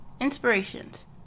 inspirations